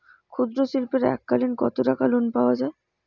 ক্ষুদ্রশিল্পের এককালিন কতটাকা লোন পাওয়া য়ায়?